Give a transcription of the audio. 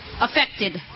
affected